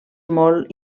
molt